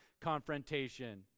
confrontation